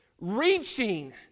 reaching